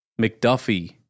McDuffie